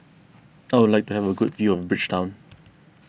I would like to have a good view of Bridgetown